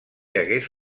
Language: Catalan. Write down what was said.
hagués